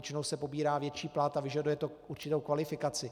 Většinou se pobírá větší plat a vyžaduje to určitou kvalifikaci.